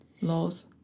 laws